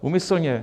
Úmyslně.